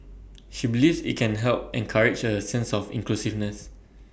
she believes IT can help encourage A sense of inclusiveness